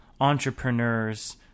entrepreneurs